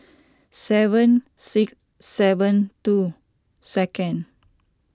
seven seven two second